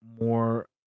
more